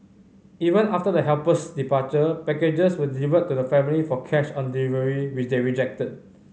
even after the helper's departure packages were delivered to the family for cash on delivery which they rejected